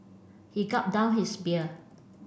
he gulped down his beer